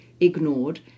ignored